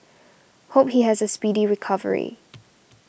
hope he has a speedy recovery